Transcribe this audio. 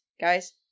guys